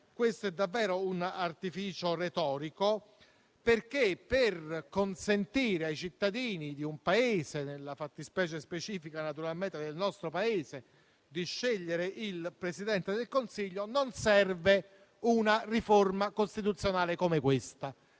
questo è davvero un artificio retorico, perché per consentire ai cittadini di un Paese, nella fattispecie del nostro Paese, di scegliere il Presidente del Consiglio, non serve una riforma costituzionale come questa.